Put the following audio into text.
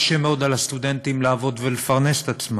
מקשה מאוד על הסטודנטים לעבוד ולפרנס את עצמם.